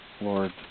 Lord